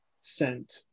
sent